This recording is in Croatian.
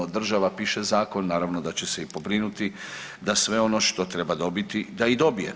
Država piše zakon, naravno da će se i pobrinuti da sve ono što treba dobiti da i dobije.